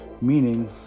Meaning